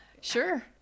Sure